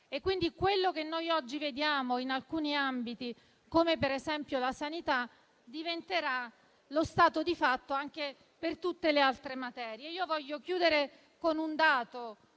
Pertanto, quello che oggi vediamo in alcuni ambiti, come per esempio la sanità, diventerà lo stato di fatto anche per tutte le altre materie. Desidero concludere